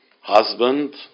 husband